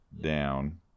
down